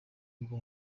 bwo